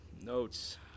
Notes